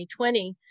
2020